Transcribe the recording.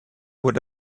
what